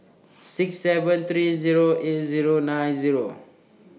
six seven three Zero eight Zero nine Zero